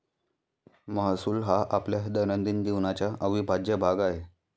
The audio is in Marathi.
महसूल हा आपल्या दैनंदिन जीवनाचा अविभाज्य भाग आहे